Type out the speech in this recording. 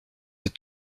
êtes